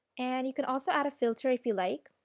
and you can also add a filter if you like,